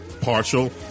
partial